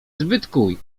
zbytkuj